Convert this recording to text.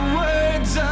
words